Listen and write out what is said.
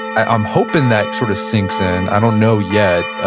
i'm hoping that sort of sinks in. i don't know yet,